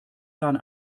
jahren